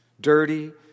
Dirty